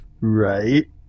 Right